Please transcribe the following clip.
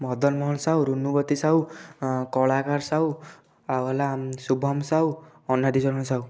ମଦନ ମୋହନ ସାହୁ ରୁନୁବତି ସାହୁ କଳାକାର ସାହୁ ଆଉ ହେଲା ଶୁଭମ ସାହୁ ଅନାଦି ଚରଣ ସାହୁ